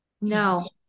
No